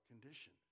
condition